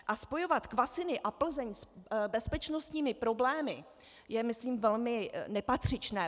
A spojovat Kvasiny a Plzeň s bezpečnostními problémy je myslím velmi nepatřičné.